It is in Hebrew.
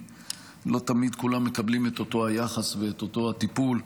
שלא תמיד מקבלים את אותו היחס ואת אותו הטיפול.